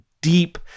deep